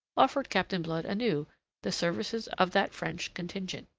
offered captain blood anew the services of that french contingent.